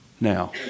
Now